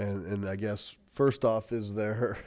and and i guess first off is there